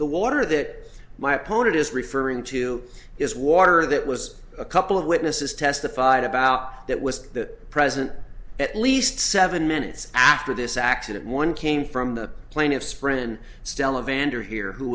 the water that my opponent is referring to is water that was a couple of witnesses testified about that was the president at least seven minutes after this accident one came from the plaintiff's friend stella vander here who